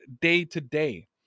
day-to-day